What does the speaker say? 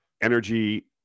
energy